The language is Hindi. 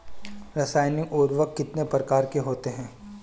रासायनिक उर्वरक कितने प्रकार के होते हैं?